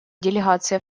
делегация